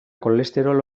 kolesterol